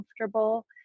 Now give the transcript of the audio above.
comfortable